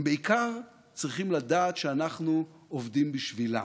הם בעיקר צריכים לדעת שאנחנו עובדים בשבילם.